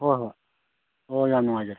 ꯍꯣꯏ ꯍꯣꯏ ꯑꯣ ꯌꯥꯝ ꯅꯨꯡꯉꯥꯏꯖꯔꯦ